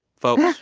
folks.